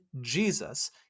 Jesus